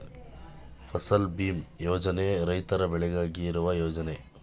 ಫಸಲ್ ಭೀಮಾ ಯೋಜನೆ ರೈತರ ಬೆಳೆಗಾಗಿ ಇರುವ ಯೋಜನೆ